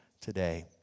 today